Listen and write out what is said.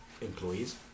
employees